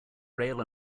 rail